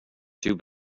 too